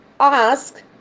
Ask